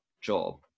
job